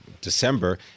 December